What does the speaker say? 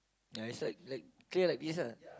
ya is like like clear like this lah